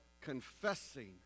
confessing